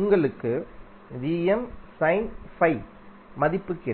உங்களுக்கு மதிப்பு கிடைக்கும்